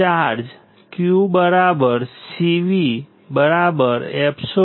charge qCVεoWLto